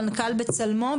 מנכ"ל בצלמו.